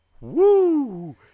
Woo